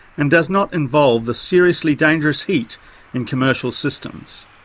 and does not involve the seriously dangerous heat in commercial systems.